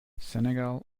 senegal